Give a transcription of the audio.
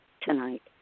tonight